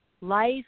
Life